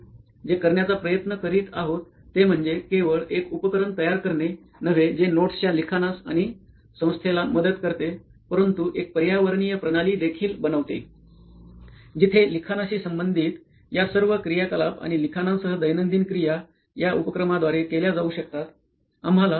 म्हणून आम्ही जे करण्याचा प्रयत्न करीत आहोत ते म्हणजे केवळ एक उपकरण तयार करणे नव्हे जे नोट्सच्या लिखाणास आणि संस्थेला मदत करते परंतु एक पर्यावरणीय प्रणाली देखील बनवते जिथे लिखाणाशी संबंधित या सर्व क्रियाकलाप आणि लिखाणासह दैनंदिन क्रिया या उपकरणाद्वारे केल्या जाऊ शकतात